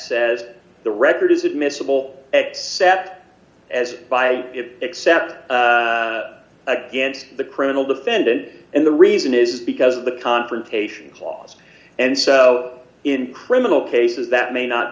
says the record is admissible at sat as by it except against the criminal defendant and the reason is because of the confrontation clause and so in criminal cases that may not